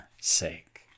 sake